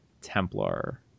Templar